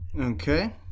Okay